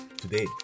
today